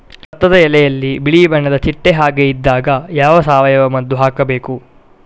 ಭತ್ತದ ಎಲೆಯಲ್ಲಿ ಬಿಳಿ ಬಣ್ಣದ ಚಿಟ್ಟೆ ಹಾಗೆ ಇದ್ದಾಗ ಯಾವ ಸಾವಯವ ಮದ್ದು ಹಾಕಬೇಕು?